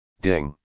Ding